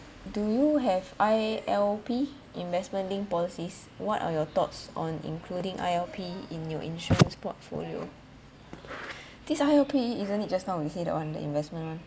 do you have I_L_P investment linked policies what are your thoughts on including I_L_P in new insurance portfolio this I_L_P isn't it just now you say the one the investment one